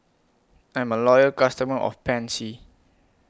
I'm A Loyal customer of Pansy